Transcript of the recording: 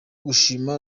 gushima